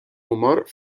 humor